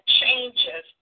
changes